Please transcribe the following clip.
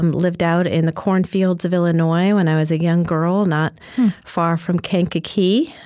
and lived out in the cornfields of illinois when i was a young girl, not far from kankakee,